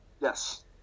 Yes